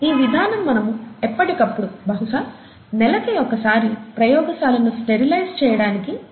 ఈ విధానము మనము ఎప్పటికప్పుడు బహుశా నెలకి ఒకసారి ప్రయోగశాలను స్టెరిలైజ్ చేయడానికి సిఫార్సు చేయబడింది